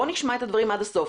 בוא נשמע את הדברים עד הסוף.